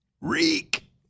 Reek